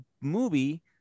movie